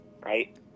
right